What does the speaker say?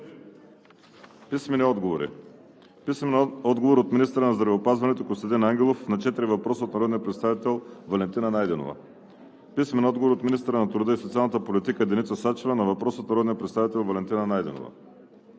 трибуната. Писмени отговори от: – министъра на здравеопазването Костадин Ангелов на четири въпроса от народния представител Валентина Найденова; – министъра на труда и социалната политика Деница Сачева на въпрос от народния представител Валентина Найденова;